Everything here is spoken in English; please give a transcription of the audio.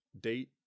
Date